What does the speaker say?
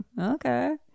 okay